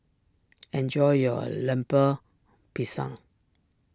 enjoy your Lemper Pisang